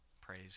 praise